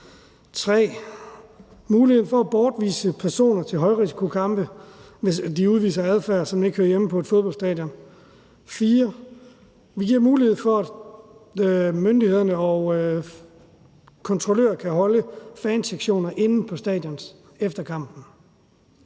mulighed for at bortvise personer til højrisikokampe, hvis de udviser en adfærd, som ikke hører hjemme på et fodboldstadion. Som punkt 4 vil vi give mulighed for, at myndighederne og kontrollørerne kan holde fansektioner inde på stadion efter kampen.